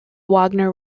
wagner